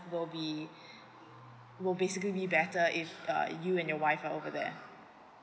will be will be basically better if err you and your wife are over there